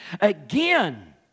again